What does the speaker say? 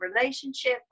relationship